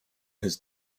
his